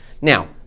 Now